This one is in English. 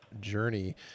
journey